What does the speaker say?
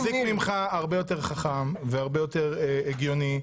אני מחזיק ממך הרבה יותר חכם והרבה יותר הגיוני,